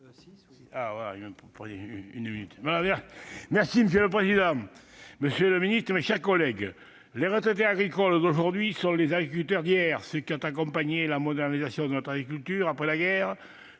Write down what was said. Requier. Monsieur le président, monsieur le secrétaire d'État, mes chers collègues, les retraités agricoles d'aujourd'hui sont les agriculteurs d'hier, ceux qui ont accompagné la modernisation de notre agriculture après la guerre,